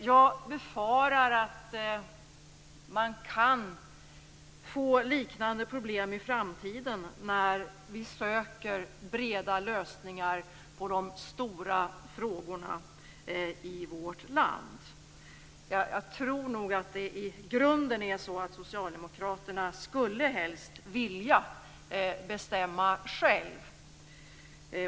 Jag befarar att man kan få liknande problem i framtiden när vi söker breda lösningar på de stora frågorna i vårt land. Jag tror att det i grunden är så att socialdemokraterna helst skulle vilja bestämma själva.